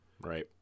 Right